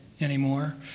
anymore